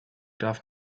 darf